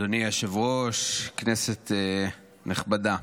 אדוני היושב-ראש, כנסת נכבדה,